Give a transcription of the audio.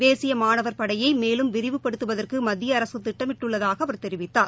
தேசிய மாணவர் படையை மேலும் விரிவுப்படுத்துவதற்கு மத்திய அரசு திட்டமிட்டுள்ளதாக அவர் தெரிவித்தார்